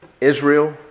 Israel